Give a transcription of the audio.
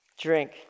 Drink